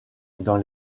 dans